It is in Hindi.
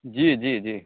जी जी जी